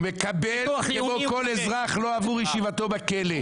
הוא מקבל כמו כל אזרח, לא עבור ישיבתו בכלא.